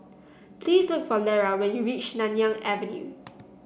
please look for Lera when you reach Nanyang Avenue